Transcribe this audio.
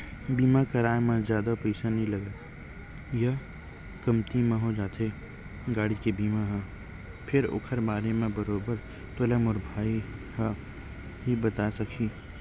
बीमा कराब म जादा पइसा नइ लगय या कमती म हो जाथे गाड़ी के बीमा ह फेर ओखर बारे म बरोबर तोला मोर भाई ह ही बताय सकही